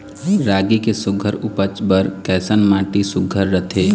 रागी के सुघ्घर उपज बर कैसन माटी सुघ्घर रथे?